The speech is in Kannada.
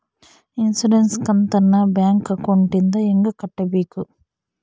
ಇನ್ಸುರೆನ್ಸ್ ಕಂತನ್ನ ಬ್ಯಾಂಕ್ ಅಕೌಂಟಿಂದ ಹೆಂಗ ಕಟ್ಟಬೇಕು?